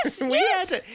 yes